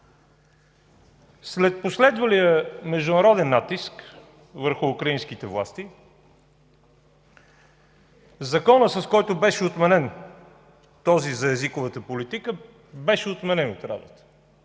След последвалия международен натиск върху украинските власти, Законът, който беше отменен – този за езиковата политика, беше отменен от Радата.